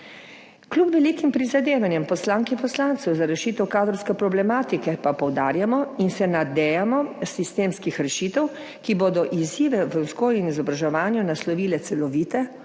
Kljub velikim prizadevanjem poslank in poslancev za rešitev kadrovske problematike pa poudarjamo in se nadejamo sistemskih rešitev, ki bodo izzive v vzgoji in izobraževanju naslovile celovito,